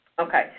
Okay